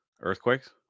Earthquakes